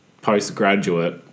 postgraduate